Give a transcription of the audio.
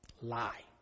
Lie